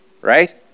Right